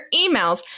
emails